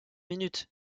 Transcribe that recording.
minutes